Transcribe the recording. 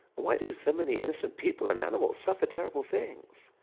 why do so many innocent people and animals suffer terrible things?